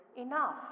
enough